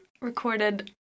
recorded